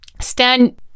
Stan